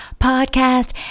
Podcast